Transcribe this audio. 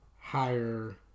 higher